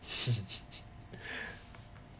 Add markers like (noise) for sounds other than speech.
(laughs)